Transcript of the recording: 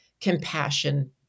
compassion